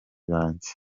banjye